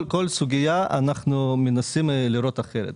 כל סוגיה אנחנו מנסים לראות אחרת.